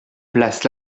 place